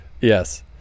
Yes